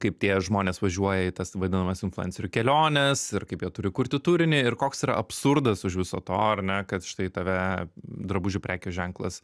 kaip tie žmonės važiuoja į tas vadinamas influencerių keliones ir kaip jie turi kurti turinį ir koks yra absurdas už viso to ar ne kad štai tave drabužių prekės ženklas